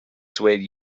swayed